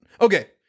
Okay